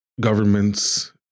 governments